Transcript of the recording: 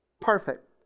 Perfect